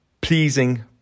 pleasing